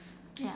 ya